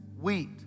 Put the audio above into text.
wheat